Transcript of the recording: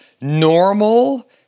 normal